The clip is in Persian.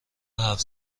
حرف